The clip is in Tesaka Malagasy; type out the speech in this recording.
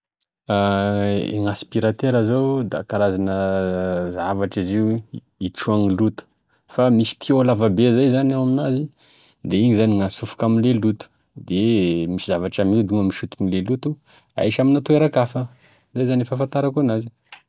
Gn'asipiratera zao da karazana zavatry izy hitrognagny loto fa misy tuyau lavabe zay zany ao aminazy da igny zany gn'asofoky ame loto, da misy zavatra miodina ao misinto amle loto ahisy amina toerakafa izay zany e fahafantarako enazy.